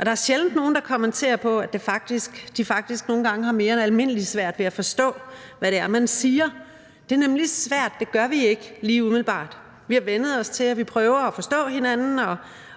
Der er sjældent nogen, der kommenterer på, at de faktisk nogle gange har mere end almindelig svært ved at forstå, hvad det er, man siger. Det er nemlig svært. Det gør vi ikke lige umiddelbart. Vi har vænnet os til, at vi prøver at forstå hinanden,